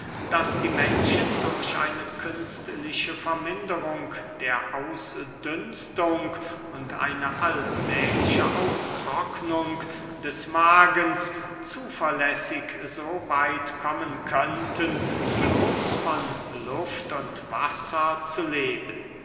daß die menschen durch eine künstliche verminderung der ausdünstung und eine allmähliche austrocknung des magens zuverlässig so weit kommen könnten bloß von luft und wasser zu leben